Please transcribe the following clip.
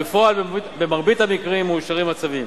ובפועל במרבית המקרים מאושרים הצווים,